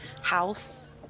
house